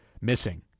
missing